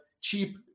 cheap